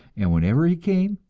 and whenever he came,